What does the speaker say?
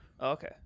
Okay